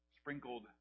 sprinkled